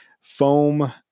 Foam